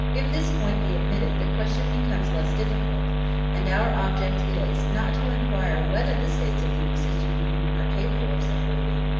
if this point be admitted, the question becomes less difficult and our object is, not to inquire whether the states of the existing union are capable of separating,